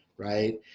right.